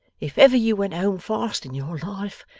if ever you went home fast in your life,